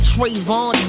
Trayvon